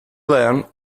learn